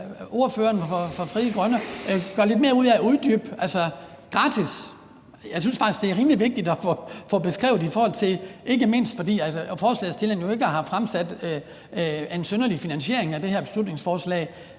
at ordføreren fra Frie Grønne gør lidt mere ud af at uddybe. Jeg synes faktisk, det er rimelig vigtigt at få beskrevet, ikke mindst fordi forslagsstilleren jo ikke har anvist en synderlig finansiering af det her beslutningsforslag.